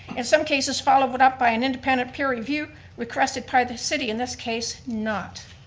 in some cases, followed but up by an independent peer review requested by the city. in this case not.